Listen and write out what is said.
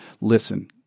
listen